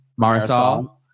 Marisol